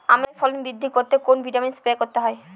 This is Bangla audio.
আমের ফলন বৃদ্ধি করতে কোন ভিটামিন স্প্রে করতে হয়?